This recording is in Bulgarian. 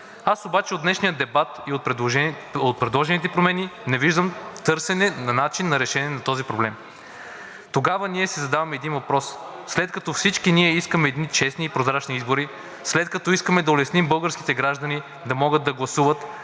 Аз обаче от днешния дебат и от предложените промени не виждам търсене на начин на решение на този проблем. Тогава ние си задаваме един въпрос – след като всички ние искаме едни честни и прозрачни избори, след като искаме да улесним българските граждани да могат да гласуват,